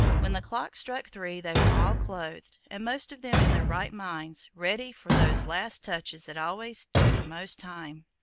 when the clock struck three they were all clothed, and most of them in their right minds, ready for those last touches that always take the most time.